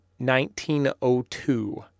1902